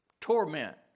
Torment